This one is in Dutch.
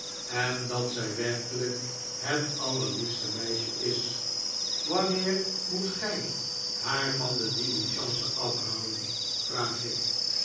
en dat zij werkelijk het allerliefste meisje is wanneer moet gij haar van de diligence afhalen vraag ik